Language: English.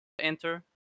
enter